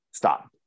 stop